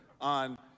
on